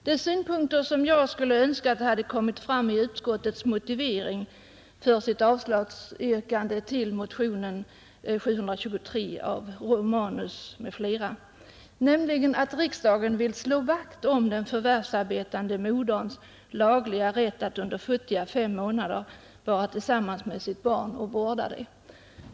Jag skulle ha önskat att den synpunkten hade kommit fram i utskottets motivering för sitt avslagsyrkande till motionen 723 av herr Romanus m.fl., att riksdagen vill slå vakt om den förvärvsarbetande moderns lagliga rätt att under futtiga sex månader vara tillsammans med sitt barn och vårda det.